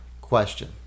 question